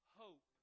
hope